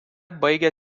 baigė